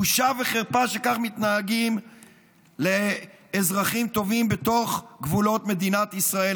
בושה וחרפה שכך מתנהגים לאזרחים טובים בתוך גבולות מדינת ישראל.